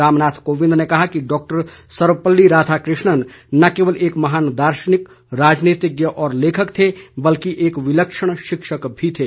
रामनाथ कोविंद ने कहा कि डॉक्टर सर्वपल्ली राधाकृष्णन न केवल एक महान दार्शनिक राजनीतिज्ञ और लेखक थे बल्कि एक विलक्षण शिक्षक भी थे